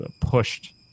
pushed